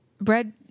bread